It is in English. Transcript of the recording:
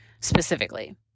specifically